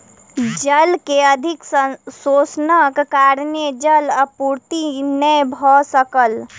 जल के अधिक शोषणक कारणेँ जल आपूर्ति नै भ सकल